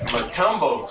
Matumbo